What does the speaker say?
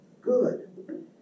Good